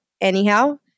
anyhow